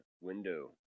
window